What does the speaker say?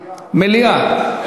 מליאה.